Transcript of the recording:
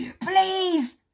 Please